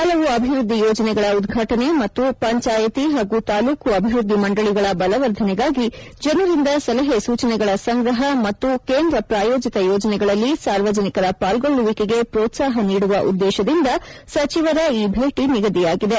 ಹಲವು ಅಭಿವೃದ್ದಿ ಯೋಜನೆಗಳ ಉದ್ವಾಟನೆ ಮತ್ತು ಪಂಚಾಯತಿ ಹಾಗೂ ತಾಲ್ಲೂಕು ಅಭಿವೃದ್ದಿ ಮಂಡಳಿಗಳ ಬಲವರ್ಧನೆಗಾಗಿ ಜನರಿಂದ ಸಲಹೆ ಸೂಚನೆಗಳ ಸಂಗ್ರಹ ಮತ್ತು ಕೇಂದ್ರ ಪ್ರಾಯೋಜಿತ ಯೋಜನೆಗಳಲ್ಲಿ ಸಾರ್ವಜನಿಕರ ಪಾಲ್ಗೊಳ್ಳುವಿಕೆಗೆ ಪ್ರೋತ್ಪಾಹ ನೀಡುವ ಉದ್ದೇಶದಿಂದ ಸಚಿವರ ಈ ಭೇಟಿ ನಿಗದಿಯಾಗಿದೆ